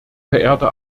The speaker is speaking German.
verehrte